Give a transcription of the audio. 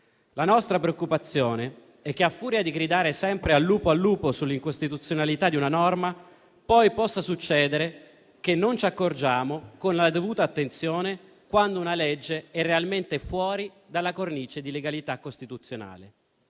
la nostra preoccupazione è che, a furia di gridare sempre «al lupo al lupo» sull'incostituzionalità di una norma, poi possa succedere che non ci accorgiamo con la dovuta attenzione quando una legge è realmente fuori dalla cornice di legalità costituzionale.